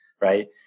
right